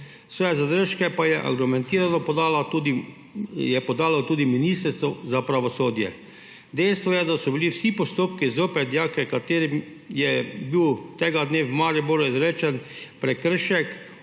svoje zadržke pa je argumentirano podalo tudi Ministrstvo za pravosodje. Dejstvo je, da so bili vsi postopki zoper dijaka, ki mu je bil tega dne v Mariboru izrečen prekršek,